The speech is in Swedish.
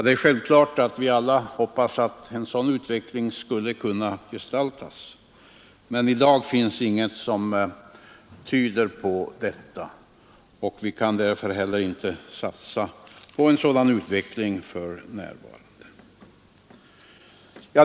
Det är självklart att vi alla hoppas att en sådan utveckling skall kunna gestaltas, men i dag finns ingenting som tyder på detta, och vi kan därför heller inte satsa på en sådan utveckling för närvarande.